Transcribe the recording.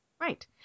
Right